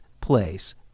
place